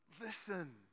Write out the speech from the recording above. Listen